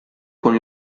con